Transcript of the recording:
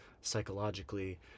psychologically